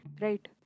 Right